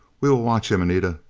we will watch him, anita.